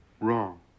wrong